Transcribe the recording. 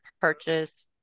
purchase